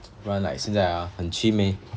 不然 ah like 现在 ah 很 cheem eh